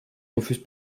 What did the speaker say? refuse